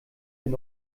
wenn